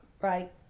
Right